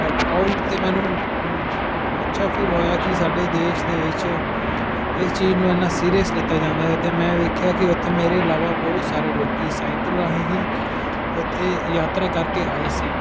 proud ਅਤੇ ਮੈਨੂੰ ਅੱਛਾ ਫੀਲ ਹੋਇਆ ਕਿ ਸਾਡੇ ਦੇਸ਼ ਦੇ ਵਿੱਚ ਇਸ ਚੀਜ਼ ਨੂੰ ਇਹਨਾਂ ਸੀਰੀਅਸ ਲਿੱਤਾ ਜਾਂਦਾ ਅਤੇ ਮੈਂ ਵੇਖਿਆ ਕਿ ਉੱਥੇ ਮੇਰੇ ਇਲਾਵਾ ਬਹੁਤ ਸਾਰੇ ਲੋਕ ਸਾਈਕਲ ਰਾਹੀਂ ਹੀ ਉੱਥੇ ਯਾਤਰਾ ਕਰਕੇ ਆਏ ਸੀ